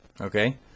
Okay